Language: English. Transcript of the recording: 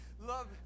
Love